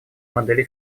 модели